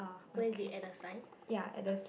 where is it at the sign okay